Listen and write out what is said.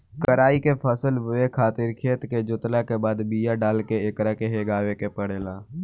कराई के फसल बोए खातिर खेत के जोतला के बाद बिया डाल के एकरा के हेगावे के पड़ेला